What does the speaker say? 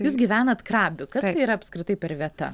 jūs gyvenat krabiu kas tai yra apskritai per vieta